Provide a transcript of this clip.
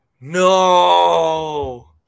No